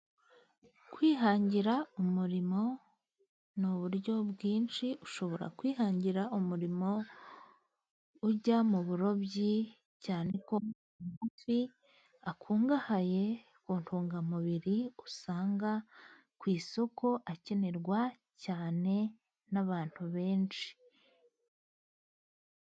Kwihangira umurimo ni uburyo bwinshi ushobora kwihangira umurimo, ujya mu burobyi cyane ko amafi akungahaye ku ntungamubiri usanga ku isoko akenerwa cyane n'abantu benshi.